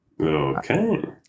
Okay